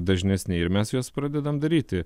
dažnesni ir mes juos pradedam daryti